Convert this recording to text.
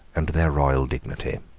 and their royal dignity.